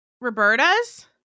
Roberta's